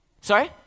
Sorry